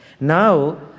Now